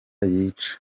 yica